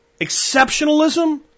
exceptionalism